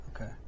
okay